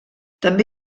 també